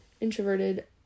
introverted